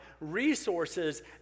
resources